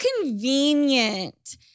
convenient